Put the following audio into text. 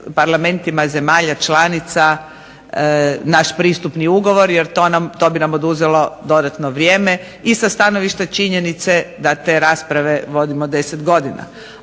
parlamentima zemalja članica naš Pristupni ugovor jer to bi nam oduzelo dodatno vrijeme i sa stanovišta činjenice da te rasprave vodimo 10 godina.